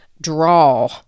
draw